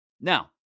Now